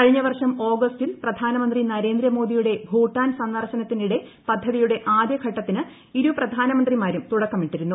കഴിഞ്ഞവർഷം ഓഗസ്റ്റിൽ പ്രധാനമന്ത്രി നരേന്ദ്രമോദിയുടെ ഭൂട്ടാൻ സന്ദർശനത്തിനിടെ പ്ദ്ധതിയുടെ ആദൃഘട്ടത്തിന് ഇരു പ്രധാനമന്ത്രിമാരും തുടക്കമിട്ടിരുന്നു